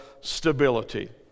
stability